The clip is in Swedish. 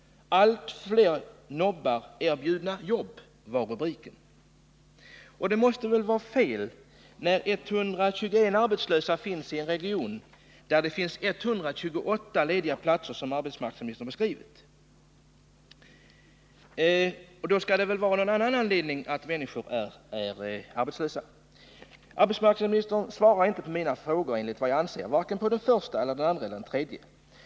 ”Allt fler nobbar erbjudna jobb” var rubriken i tidningen. Det måste väl vara fel när det finns 121 arbetslösa i en kommun med 128 lediga platser, såsom arbetsmarknadsministern har beskrivit det. Då måste det finnas någon annan anledning till att människor är arbetslösa. Arbetsmarknadsministern svarar inte på mina frågor, enligt vad jag anser, varken på den första, den andra eller den tredje.